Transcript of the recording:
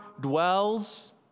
dwells